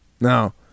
Now